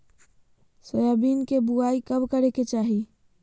Soybean के बुआई कब करे के चाहि?